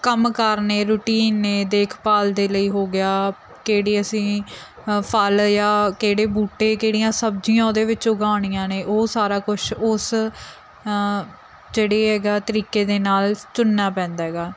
ਕੰਮ ਕਰਨੇ ਰੂਟੀਨ ਨੇ ਦੇਖਭਾਲ ਦੇ ਲਈ ਹੋ ਗਿਆ ਕਿਹੜੀ ਅਸੀਂ ਫਲ ਜਾਂ ਕਿਹੜੇ ਬੂਟੇ ਕਿਹੜੀਆਂ ਸਬਜ਼ੀਆਂ ਉਹਦੇ ਵਿੱਚ ਉਗਾਣੀਆਂ ਨੇ ਉਹ ਸਾਰਾ ਕੁਛ ਉਸ ਜਿਹੜੇ ਐਗਾ ਤਰੀਕੇ ਦੇ ਨਾਲ ਚੁਣਨਾ ਪੈਂਦਾ ਐਗਾ